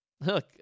look